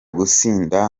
gusinda